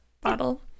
bottle